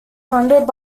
funded